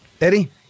Eddie